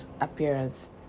appearance